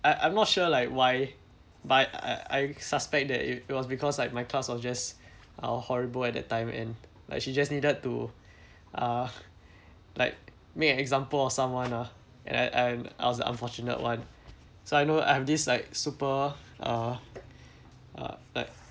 I I'm not sure like why but I I suspect that it it was because like my class was just uh horrible at that time and like she just needed to uh like make an example of someone lah and then I'm I was the unfortunate one so I know I have this like super uh uh like